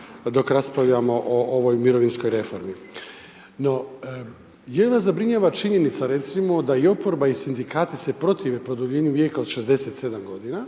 dok raspravljamo o ovoj mirovinskoj reformi. No, jel' vas zabrinjava činjenica recimo da i oporba i sindikati se protive produljenju vijeka od 67 g.